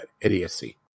idiocy